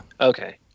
Okay